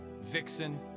Vixen